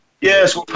Yes